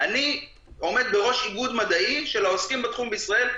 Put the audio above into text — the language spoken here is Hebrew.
אני עומד בראש איגוד מדעי של העוסקים בתחום בישראל,